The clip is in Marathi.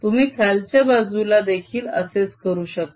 तुम्ही खालच्या बाजूला देखील असेच करू शकता